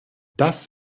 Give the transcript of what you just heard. das